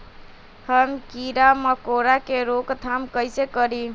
हम किरा मकोरा के रोक थाम कईसे करी?